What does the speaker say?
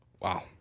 Wow